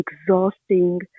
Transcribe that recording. exhausting